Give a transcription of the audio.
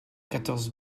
quatorze